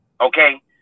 Okay